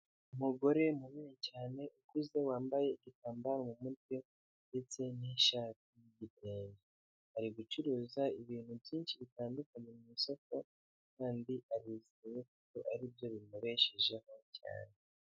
Umugore munini cyane ukuze wambaye igitambaro mu mutwe ndetse n'ishati y'igitenge, ari gucuruza ibintu byinshi bitandukanye mu isoko kandi abizi kuko ari byo bimubeshejeho cyane.